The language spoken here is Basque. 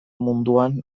munduan